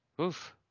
Oof